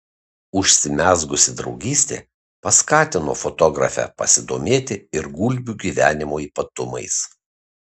užsimezgusi draugystė paskatino fotografę pasidomėti ir gulbių gyvenimo ypatumais